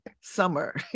summer